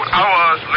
hours